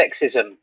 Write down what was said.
sexism